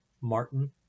Martin